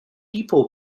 depot